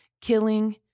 killing